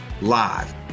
live